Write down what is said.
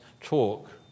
talk